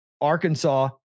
Arkansas